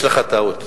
יש לך טעות.